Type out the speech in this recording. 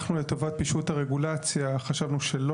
אנחנו לטובת פישוט הרגולציה חשבנו שלא